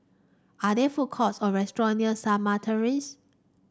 are there food courts or restaurant near Shamah Terrace